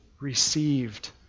received